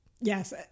Yes